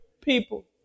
people